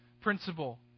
principle